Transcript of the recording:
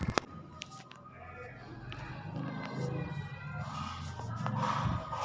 किड़ा मारे के दवाई डाले से हमर जमीन ल का हानि होथे?